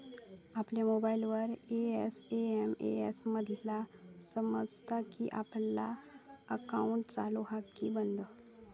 आपल्या मोबाईलवर एस.एम.एस मधना समजता कि आपला अकाउंट चालू हा कि बंद